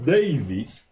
Davis